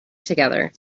together